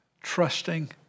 Trusting